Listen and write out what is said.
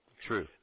True